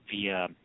via